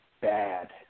bad